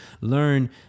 learn